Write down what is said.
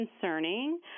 concerning